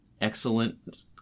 excellent